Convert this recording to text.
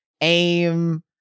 aim